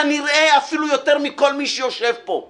כנראה אפילו יותר מכל מי שיושב כאן